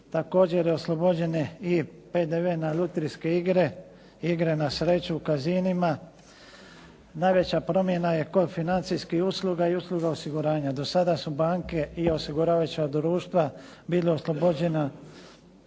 Tako je oslobođen i PDV na lutrijske igre, igre na sreću u casinima. Najveća promjena je kod financijskih usluga i usluga osiguranja. Do sada su banke i osiguravajuća društva bila oslobođena